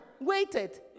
waited